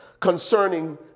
concerning